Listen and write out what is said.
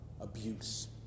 abuse